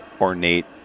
ornate